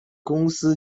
公司